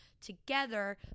together